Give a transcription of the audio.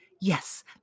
Yes